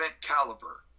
caliber